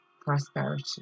prosperity